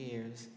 years